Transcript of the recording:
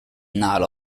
not